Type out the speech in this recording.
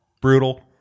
brutal